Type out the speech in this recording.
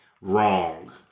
wrong